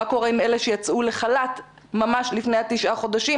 מה קורה עם אלה שיצאו לחל"ת ממש לפני תום תשעה החודשים?